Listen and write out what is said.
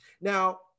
now